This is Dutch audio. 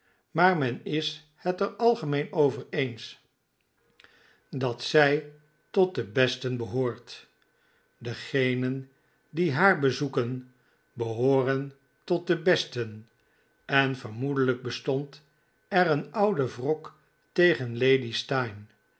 maar men is het er algemeen over eens dat zij tot de besten behoort degenen die haar bezoeken behooren tot de besten en vermoedelijk bestond er een oude wrok tegen